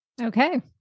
Okay